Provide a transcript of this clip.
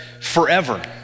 forever